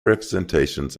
representations